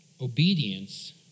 Obedience